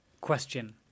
question